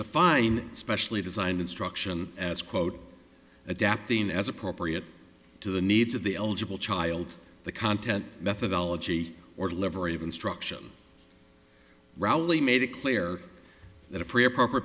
define specially designed instruction as quote adapting as appropriate to the needs of the eligible child the content methodology or delivery of instruction rally made it clear that a free or proper